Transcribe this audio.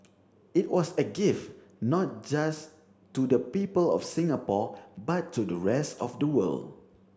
it was a gift not just to the people of Singapore but to the rest of the world